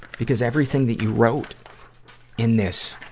because everything that you wrote in this